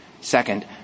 Second